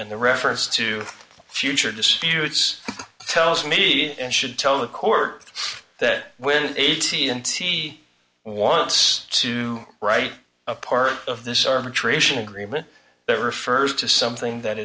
and the reference to future disputes tells me and should tell the court that when eighty and see wants to write a part of this arbitration agreement that refers to something that